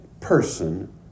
person